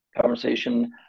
conversation